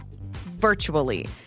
virtually